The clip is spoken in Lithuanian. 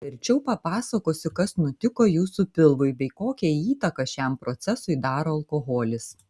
verčiau papasakosiu kas nutiko jūsų pilvui bei kokią įtaką šiam procesui daro alkoholis